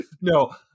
No